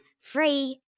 free